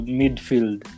midfield